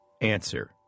Answer